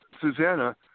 Susanna